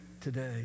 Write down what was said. today